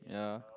ya